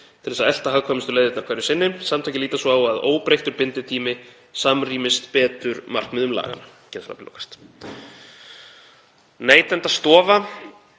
til þess að elta hagkvæmustu leiðirnar hverju sinni. Samtökin líta svo að óbreyttur binditími samræmist betur markmiðum laganna.“ Neytendastofa